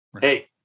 hey